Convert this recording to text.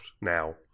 now